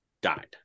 died